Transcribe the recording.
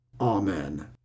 Amen